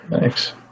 Thanks